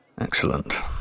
Excellent